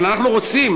אבל אנחנו רוצים,